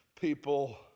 people